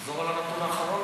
תחזור על הנתון האחרון.